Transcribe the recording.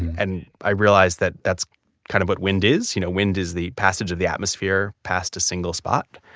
and i realized that that's kind of what wind is. you know, wind is the passage of the atmosphere past single spot.